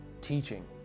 teaching